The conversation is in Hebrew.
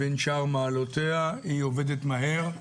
בין שאר מעלותיה היא עובדת מהר,